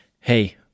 Hey